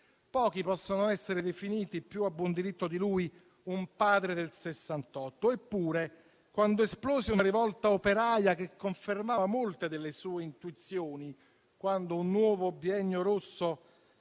Pochi possono essere definiti, più a buon diritto di lui, un padre del Sessantotto. Eppure, quando esplose una rivolta operaia che confermava molte delle sue intuizioni, quando un nuovo biennio rosso